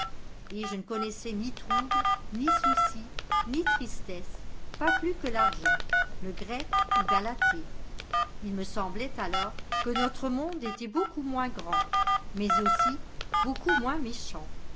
et je ne connaissais ni trouble ni souci ni tristesse pas plus que l'argent le grec ou galathée il me semblait alors que notre monde était beau coup moins grand mais aussi beaucoup moins mé